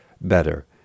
better